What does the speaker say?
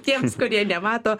tiems kurie nemato